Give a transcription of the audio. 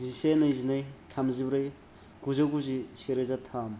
जिसे नैजिनै थामजिब्रै गुजौगुजि से रोजा थाम